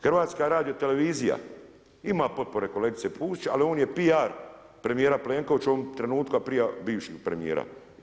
HRT ima potpore kolegice Pusić, ali on je PR premijera Plenkovića u ovom trenutku, a prije bivšeg premijera.